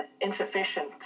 insufficient